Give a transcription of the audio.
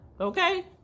Okay